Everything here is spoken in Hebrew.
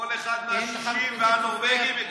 כל אחד מה-60 והנורבגים מקבלים אבטחה.